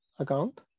Account